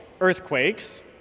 earthquakes